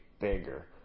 bigger